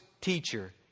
teacher